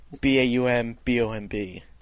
B-A-U-M-B-O-M-B